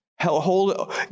hold